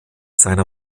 seiner